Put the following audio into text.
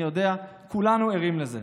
אני יודע, כולנו ערים לזה.